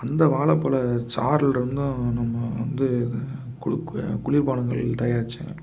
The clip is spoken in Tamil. அந்த வாழைப்பல சாறில் இருந்தும் நம்ம வந்து குளுக் குளிர்பானங்கள் தயாரித்தேன்